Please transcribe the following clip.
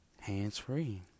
hands-free